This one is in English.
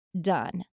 done